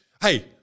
hey